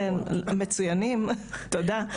כן, מצוינים, תודה.